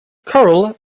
coral